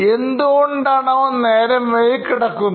എന്തുകൊണ്ടാണ് അവൻ നേരം വൈകി കിടക്കുന്നത്